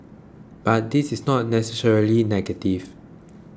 but this is not necessarily negative